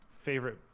favorite